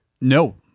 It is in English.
No